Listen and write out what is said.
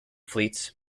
fleets